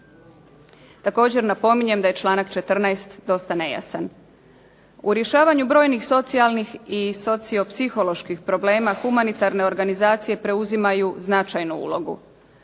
Također napominjem da je članak 14. dosta nejasan. U rješavanju brojnih socijalnih i sociopsiholoških problema humanitarne organizacije preuzimaju značajnu ulogu.